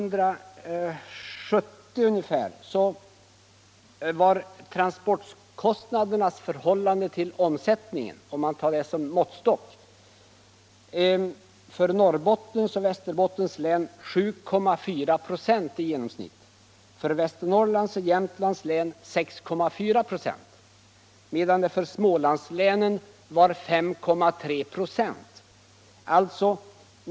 1970 var transportkostnadernas förhållande till omsättningen —- om man tar det som måttstock —- för Norrbottens och Västerbottens län 7,4 96 i genomsnitt, för Västernorrlands och Jämtlands län 6,4 96 medan det för Smålandslänen var 5,3 96.